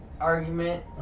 argument